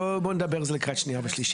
בואו נדבר על זה לקראת הקריאה השנייה והשלישית.